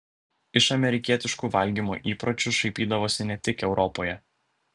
iš amerikietiškų valgymo įpročių šaipydavosi ne tik europoje